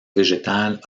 végétale